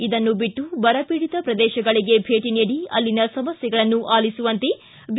ಇದನ್ನು ಬಿಟ್ಟು ಬರಬೀಡಿತ ಪ್ರದೇಶಗಳಗೆ ಭೇಟ ನೀಡಿ ಅಲ್ಲಿನ ಸಮಸ್ತೆಗಳನ್ನು ಆಲಿಸುವಂತೆ ಬಿ